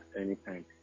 anytime